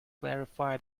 clarify